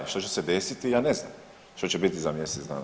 Što će se desiti, ja ne znam, što će biti za mjesec dana.